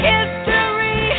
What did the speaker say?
History